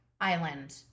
island